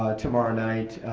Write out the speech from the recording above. ah tomorrow night,